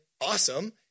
awesome